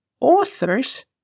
authors